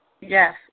Yes